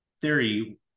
Theory –